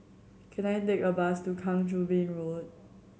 can I take a bus to Kang Choo Bin Road